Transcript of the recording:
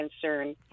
concern